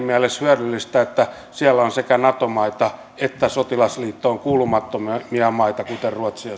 mielessä hyödyllistä että siellä on sekä nato maita että sotilasliittoon kuulumattomia maita kuten ruotsi